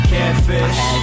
Catfish